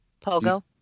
Pogo